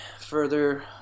further